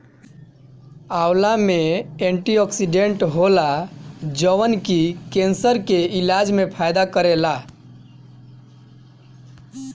आंवला में एंटीओक्सिडेंट होला जवन की केंसर के इलाज में फायदा करेला